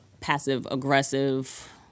passive-aggressive